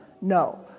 No